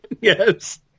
Yes